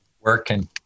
working